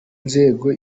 nzego